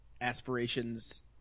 aspirations